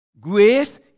Grace